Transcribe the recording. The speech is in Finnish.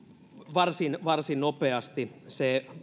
varsin varsin nopeasti se